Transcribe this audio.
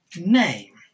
name